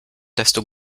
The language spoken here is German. desto